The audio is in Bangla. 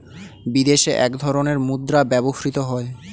বিদেশে এক ধরনের মুদ্রা ব্যবহৃত হয়